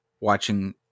watching